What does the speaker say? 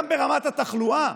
גם ברמת התחלואה,